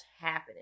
happening